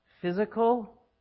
physical